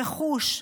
רכוש,